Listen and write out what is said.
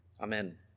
Amen